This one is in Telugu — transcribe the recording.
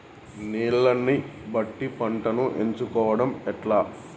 నీళ్లని బట్టి పంటను ఎంచుకోవడం ఎట్లా?